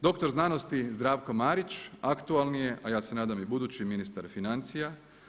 Doktor znanosti Zdravko Marić, aktualni je, a ja se nadam i budući ministar financija.